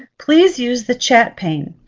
please use the chat pane.